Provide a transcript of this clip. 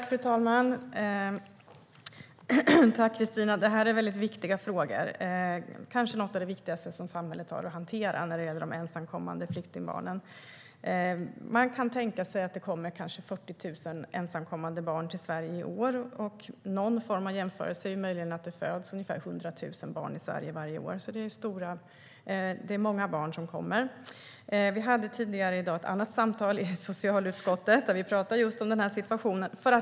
Fru talman! Det här är viktiga frågor. Kanske är de ensamkommande flyktingbarnen något av det viktigaste samhället har att hantera. Det kommer kanske 40 000 ensamkommande barn till Sverige i år. Någon form av jämförelse är att det föds ungefär 100 000 barn i Sverige varje år. Det är många barn som kommer hit. Vi hade tidigare i dag ett samtal i socialutskottet om situationen.